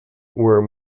were